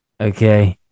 Okay